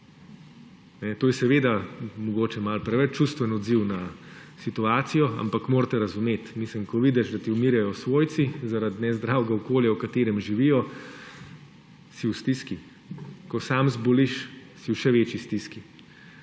To je seveda mogoče malo preveč čustven odziv na situacijo, ampak morate razumeti, mislim, ko vidiš, da ti umirajo svojci zaradi nezdravega okolja, v katerem živijo, si v stiski. Ko sam zboliš, si v še večji stiski.